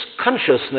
consciousness